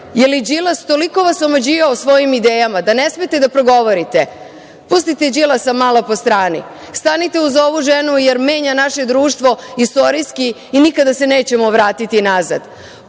Da li je Đilas toliko omađijao svojim idejama da ne smete da progovorite? Pustite Đilasa malo po strani. Stanite uz ovu ženu jer menja naše društvo istorijski i nikada se nećemo vratiti